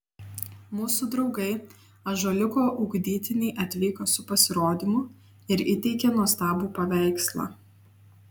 mūsų draugai ąžuoliuko ugdytiniai atvyko su pasirodymu ir įteikė nuostabų paveikslą